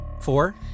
four